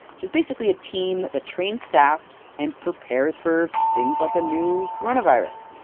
which is basically a team that trains staff and prepares for things like a new coronavirus.